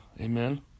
amen